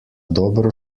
dobro